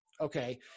Okay